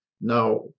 now